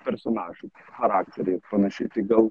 personažai charakteriai panašiai tai gal